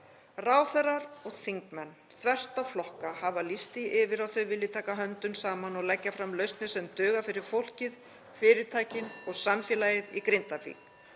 Ráðherrar og þingmenn þvert á flokka hafa lýst því yfir að þau vilji taka höndum saman og leggja fram lausnir sem duga fyrir fólkið, fyrirtækin og samfélagið í Grindavík.